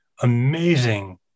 amazing